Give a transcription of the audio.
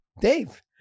Dave